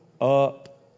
up